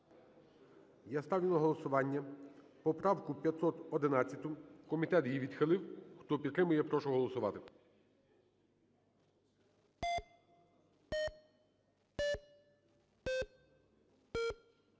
Я ставлю на голосування поправку 1507. Комітет її відхилив. Хто її підтримує, прошу голосувати.